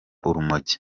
urumogi